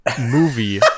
movie